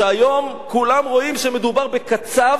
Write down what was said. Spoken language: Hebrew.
שהיום כולם רואים שמדובר בקצב,